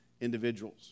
individuals